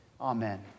Amen